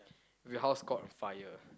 if your house caught fire